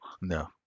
No